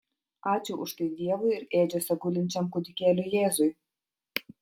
ačiū už tai dievui ir ėdžiose gulinčiam kūdikėliui jėzui